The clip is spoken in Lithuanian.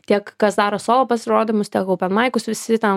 tiek kas daro savo pasirodymus tiek openmaikus visi ten